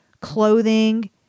clothing